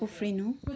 उफ्रिनु